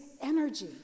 energy